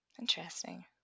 interesting